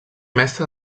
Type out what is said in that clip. mestra